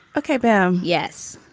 okay. bam. yes.